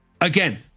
Again